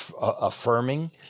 affirming